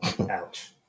ouch